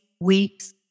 weeks